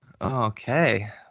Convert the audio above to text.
okay